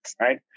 Right